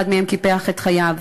אחד מהם קיפח את חייו.